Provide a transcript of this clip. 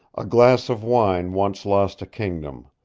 a glass of wine once lost a kingdom,